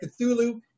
Cthulhu